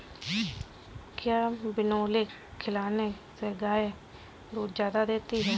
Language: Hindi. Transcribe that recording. क्या बिनोले खिलाने से गाय दूध ज्यादा देती है?